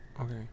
Okay